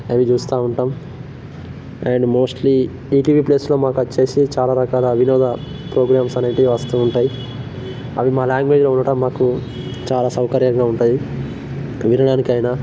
అవి చూస్తూ ఉంటాం అండ్ మోస్ట్లీ ఈటీవీ ప్లస్లో మాకచ్చేసి చాలా రకాల వినోద ప్రోగ్రామ్స్ అనేటివి వస్తూ ఉంటాయి అవి మా లాంగ్వేజ్లో ఉండటం మాకు చాలా సౌకర్యంగా ఉంటాయి వినడానికయిన